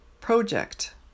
project